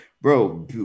bro